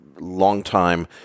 long-time